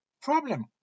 problem